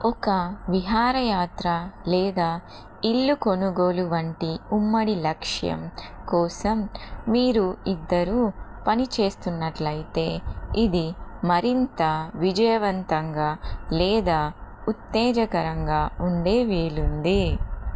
ఒక విహార యాత్ర లేదా ఇల్లు కొనుగోలు వంటి ఉమ్మడి లక్ష్యం కోసం మీరు ఇద్దరూ పనిచేస్తున్నట్లయితే ఇది మరింత విజయవంతంగా లేదా ఉత్తేజకరంగా ఉండే వీలుంది